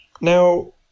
Now